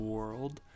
World